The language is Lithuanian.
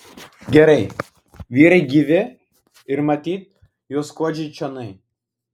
gerai vyrai gyvi ir matyt jau skuodžia čionai